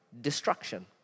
destruction